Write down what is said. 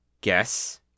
guess